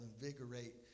invigorate